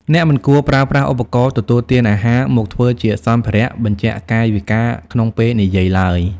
អ្នកមិនគួរប្រើប្រាស់ឧបករណ៍ទទួលទានអាហារមកធ្វើជាសម្ភារៈបញ្ជាក់កាយវិការក្នុងពេលនិយាយឡើយ។